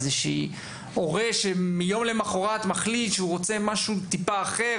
איזה הורה שמחליט מהיום למחר שהוא רוצה משהו טיפה אחר,